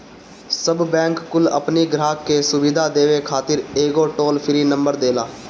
सब बैंक कुल अपनी ग्राहक के सुविधा देवे खातिर एगो टोल फ्री नंबर देला